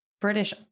British